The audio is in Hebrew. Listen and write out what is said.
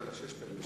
אלא שש פעמים בשנה.